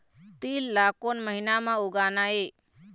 तील ला कोन महीना म उगाना ये?